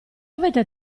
avete